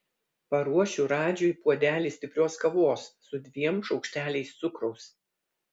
paruošiu radžiui puodelį stiprios kavos su dviem šaukšteliais cukraus